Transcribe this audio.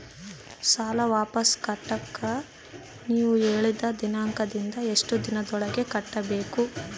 ಸಾಲ ವಾಪಸ್ ಕಟ್ಟಕ ನೇವು ಹೇಳಿದ ದಿನಾಂಕದಿಂದ ಎಷ್ಟು ದಿನದೊಳಗ ಕಟ್ಟಬೇಕು?